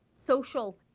social